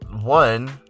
one